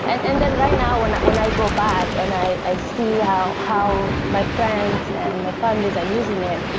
and and then right now when when i go back and i i see how how my friends and my families are using it,